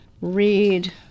read